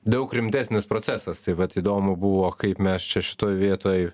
daug rimtesnis procesas tai vat įdomu buvo kaip mes čia šitoj vietoj